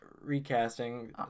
recasting